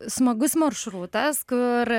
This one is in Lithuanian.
smagus maršrutas kur